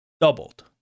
doubled